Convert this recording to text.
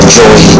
joy